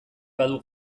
badu